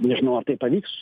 nežinau ar tai pavyks